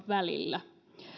välillä